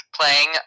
playing